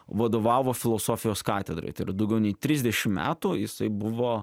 vadovavo filosofijos katedrai tai yra daugiau nei trisdešim metų jisai buvo